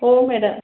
हो मॅडम